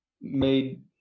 made